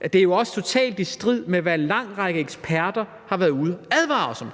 at det jo også er totalt i strid med, hvad en lang række eksperter har været ude at advare os om.